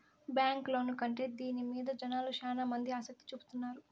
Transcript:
bank loan కంటే దీని మీద జనాలు శ్యానా మంది ఆసక్తి చూపుతున్నారు